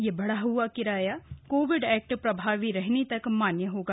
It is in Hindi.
यह बढ़ा हुआ किराया कोविड एक्ट प्रभावी रहने तक मान्य होगा